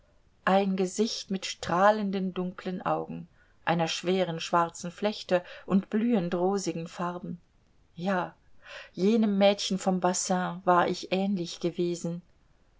ein gesicht mit strahlenden dunklen augen einer schweren schwarzen flechte und blühend rosigen farben ja jenem mädchen vom bassin war ich ähnlich gewesen